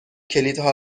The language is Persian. کلیدها